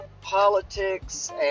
politics